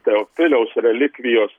teofiliaus relikvijos